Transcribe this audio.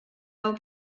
hau